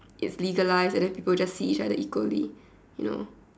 it's legalized and then people just see each other equally you know